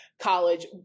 College